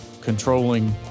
controlling